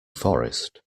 forest